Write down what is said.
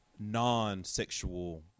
Non-sexual